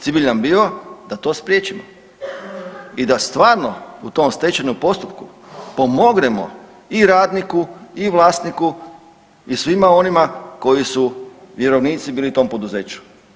Cilj bi nam bio da to spriječio i da stvarno u tom stečajnom postupku pomognemo i radniku i vlasniku i svima onima koji su vjerovnici bili tom poduzeću.